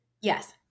Yes